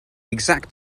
exact